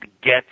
Get